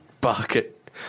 bucket